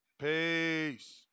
Peace